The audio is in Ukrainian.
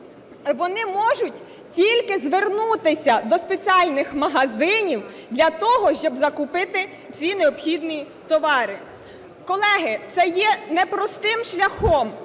вони можуть тільки звернутися до спеціальних магазинів для того, щоб закупити ці необхідні товари. Колеги, це є непростим шляхом.